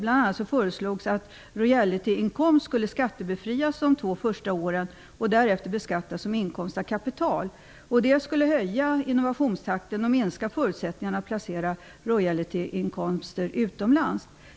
Bl.a. föreslogs att royaltyinkomst skulle skattebefrias de två första åren och därefter beskattas som inkomst av kapital. Det skulle höja innovationstakten och minska förutsättningarna för att placera royaltyinkomster utomlands.